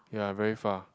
ya very far